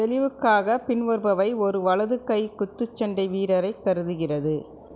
தெளிவுக்காக பின்வருபவை ஒரு வலது கை குத்துச்சண்டை வீரரைக் கருதுகிறது